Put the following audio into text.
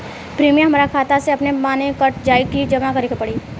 Premium हमरा खाता से अपने माने कट जाई की जमा करे के पड़ी?